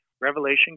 Revelation